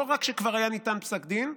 לא רק שכבר היה ניתן פסק דין,